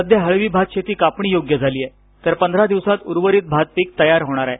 सध्या हळवी भात शेती कापणीयोग्य झाली आहे तर पंधरा दिवसात उर्वरित भात पीक तयार होणार आहे